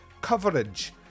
coverage